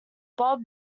bob